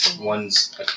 One's